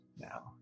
now